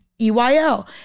EYL